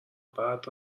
بعد